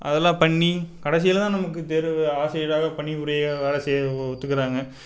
அதெல்லாம் பண்ணி கடைசியில்தான் நமக்கு தேர்வு ஆசிரியராக பணிபுரிய வேலை செய்ய ஒ ஒத்துக்கிறாங்க